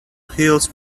heels